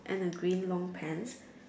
and a green long pants